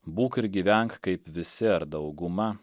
būk ir gyvenk kaip visi ar dauguma